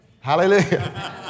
Hallelujah